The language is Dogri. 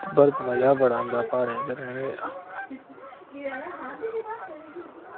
पर मजा बड़ा आंदा प्हाड़ें च रैह्ने दा